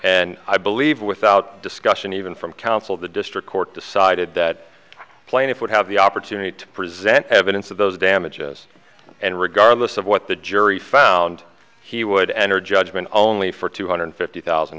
and i believe without discussion even from counsel the district court decided that plaintiff would have the opportunity to present evidence of those damages and regardless of what the jury found he would enter judgment only for two hundred fifty thousand